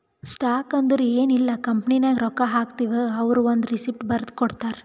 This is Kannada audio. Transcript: ಸ್ಟಾಕ್ ಅಂದುರ್ ಎನ್ ಇಲ್ಲ ಕಂಪನಿನಾಗ್ ರೊಕ್ಕಾ ಹಾಕ್ತಿವ್ ಅವ್ರು ಒಂದ್ ರೆಸಿಪ್ಟ್ ಬರ್ದಿ ಕೊಡ್ತಾರ್